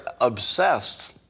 obsessed